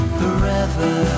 forever